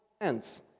hands